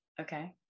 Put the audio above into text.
Okay